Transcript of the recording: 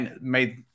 made